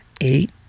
eight